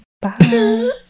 Bye